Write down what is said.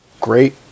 great